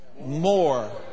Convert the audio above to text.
more